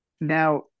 now